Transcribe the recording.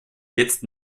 jetzt